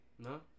No